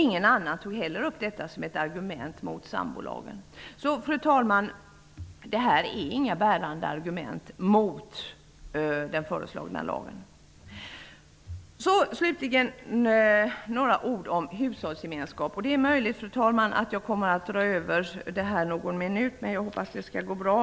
Ingen annan tog heller upp detta som ett argument mot sambolagen. Fru talman! Detta är inga bärande argument mot den föreslagna lagen. Slutligen vill jag säga några ord om hushållsgemenskap. Det är möjligt att jag kommer att dra över den anmälda tiden med någon minut, men jag hoppas att det skall gå bra.